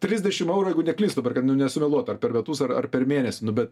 trisdešimt eurų jeigu neklystu dabar kad nu nesumeluot ar per metus ar ar per mėnesį nu bet